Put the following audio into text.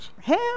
Hell